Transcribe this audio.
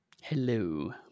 Hello